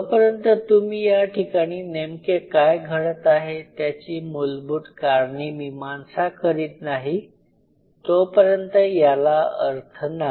जोपर्यंत तुम्ही या ठिकाणी नेमके काय घडत आहे त्याची मूलभूत कारणीमीमांसा करीत नाही तोपर्यंत याला अर्थ नाही